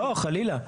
לא, חלילה.